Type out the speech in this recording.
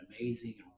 amazing